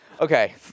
Okay